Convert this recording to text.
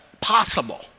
possible